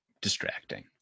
distracting